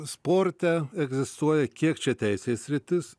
sporte egzistuoja kiek čia teisės sritis